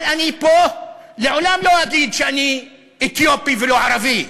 אבל אני לעולם לא אגיד פה שאני אתיופי ולא ערבי.